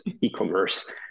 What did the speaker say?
e-commerce